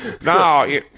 no